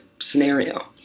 scenario